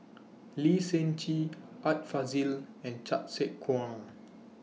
Lee Seng Gee Art Fazil and Chan Sek Keong